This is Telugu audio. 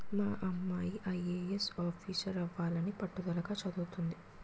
మా అమ్మాయి ఐ.ఆర్.ఎస్ ఆఫీసరవ్వాలని పట్టుదలగా చదవతంది